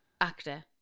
Actor